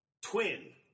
twin